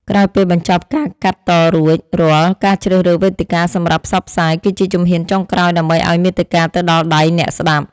ក្រោយពេលបញ្ចប់ការកាត់តរួចរាល់ការជ្រើសរើសវេទិកាសម្រាប់ផ្សព្វផ្សាយគឺជាជំហានចុងក្រោយដើម្បីឱ្យមាតិកាទៅដល់ដៃអ្នកស្តាប់។